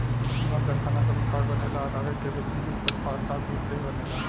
जवन कारखाना सब में कार्ड बनेला आ कागज़ के गुदगी भी सब सॉफ्टवुड से ही बनेला